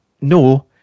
No